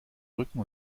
rücken